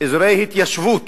אזורי התיישבות